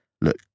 Look